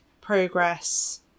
progress